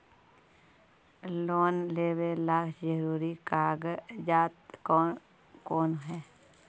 Loan लेब ला जरूरी कागजात कोन है?